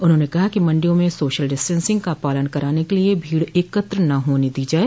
उन्होंने कहा कि मण्डियों में सोशल डिस्टेंसिग का पालन कराने के लिए भीड़ एकत्र न होने दी जाए